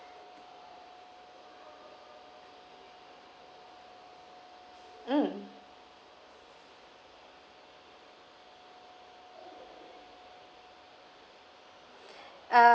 mm uh